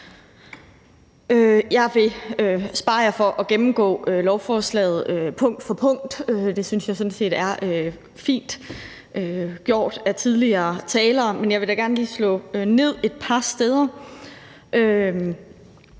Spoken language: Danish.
Jeg vil spare jer for at gennemgå lovforslaget punkt for punkt. Det synes jeg sådan set er fint gjort af tidligere talere, men jeg vil da gerne lige slå ned et par steder.